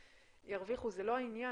זה לא המקום